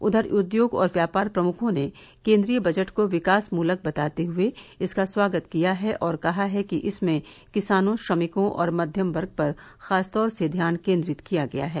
उधर उद्योग और व्यापार प्रमुखों ने केन्द्रीय बजट को विकास मूलक बताते हुए इसका स्वागत किया है और कहा है कि इसमें किसानों श्रमिकों और मध्यम वर्ग पर खास तौर पर ध्यान केन्द्रित किया गया है